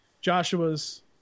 Joshua's